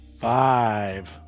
Five